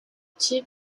two